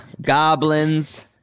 goblins